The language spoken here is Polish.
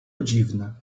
dziwne